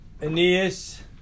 Aeneas